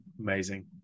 Amazing